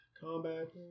Combat